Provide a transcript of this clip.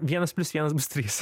vienas plius vienas bus trys